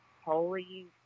holy